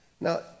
Now